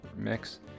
mix